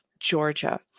Georgia